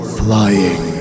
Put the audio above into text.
flying